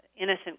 innocent